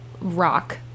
rock